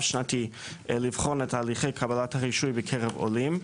שנתי לבחון את הליכי קבלת הרישוי בקרב עולים.